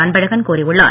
அன்பழகன் கூறியுள்ளார்